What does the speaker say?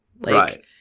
Right